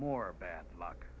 more bad luck